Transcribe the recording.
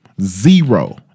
zero